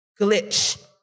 glitch